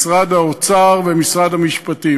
משרד האוצר ומשרד המשפטים.